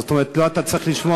זאת אומרת, לא אתה צריך לשמוע